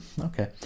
Okay